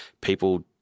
people